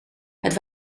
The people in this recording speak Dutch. het